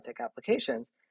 applications